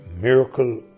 miracle